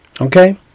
Okay